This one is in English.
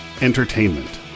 Entertainment